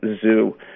zoo